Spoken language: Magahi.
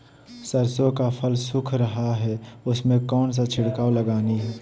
सरसो का फल सुख रहा है उसमें कौन सा छिड़काव लगानी है?